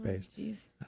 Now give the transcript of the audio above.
space